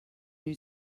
new